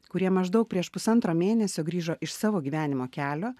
kurie maždaug prieš pusantro mėnesio grįžo iš savo gyvenimo kelio